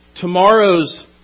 Tomorrow's